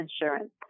insurance